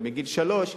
מגיל שלוש,